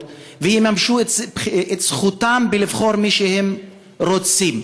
ויממשו את זכותם לבחור את מי שהם רוצים.